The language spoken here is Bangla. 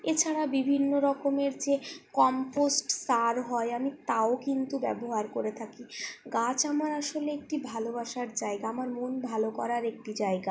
এছাড়া বিভিন্নরকমের যে কম্পোস্ট হয় আমি তাও কিন্তু ব্যবহার করে থাকি গাছ আমার আসলে একটি ভলোবাসার জায়গা আমার মন ভালো করার একটি জায়গা